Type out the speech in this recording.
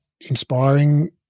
inspiring